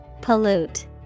Pollute